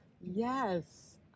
Yes